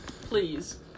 Please